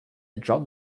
drum